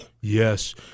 Yes